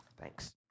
Thanks